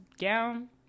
gown